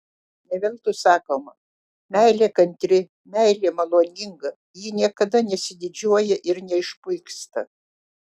ne veltui sakoma meilė kantri meilė maloninga ji niekada nesididžiuoja ir neišpuiksta